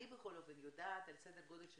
אני בכל אופן יודעת על סדר גודל של